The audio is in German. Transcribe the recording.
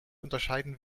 unterscheiden